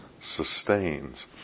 sustains